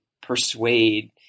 persuade